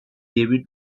david